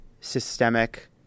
systemic